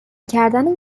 کردن